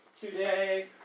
today